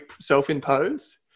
self-impose